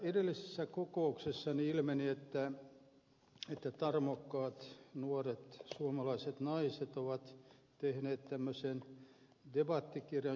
edellisessä kokouksessa ilmeni että tarmokkaat nuoret suomalaiset naiset ovat tehneet tämmöisen debattikirjan skilda vägar